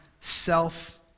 self